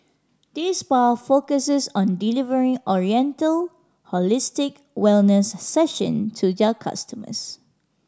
this spa focuses on delivering oriental holistic wellness session to their customers